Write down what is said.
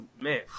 man